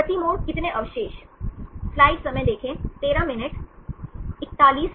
प्रति मोड़ कितने अवशेष